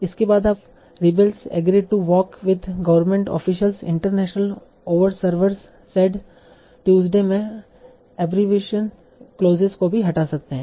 इसके बाद आप rebels agree to talk with government officials international observers said Tuesday में एटरीब्यूशन क्लौसेस को भी हटा सकते हैं